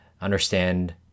understand